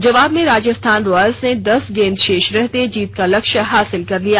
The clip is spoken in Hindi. जवाब में राजस्थान रायल्स ने दस गेंद शेष रहते जीत का लक्ष्य हासिल कर लिया